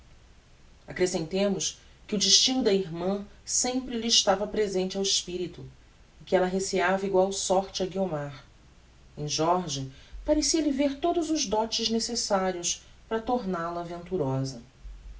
accrescentemos que o destino da irmã sempre lhe estava presente ao espirito e que ella receiava egual sorte a guiomar em jorge parecia-lhe ver todos os dotes necessarios para tomal a venturosa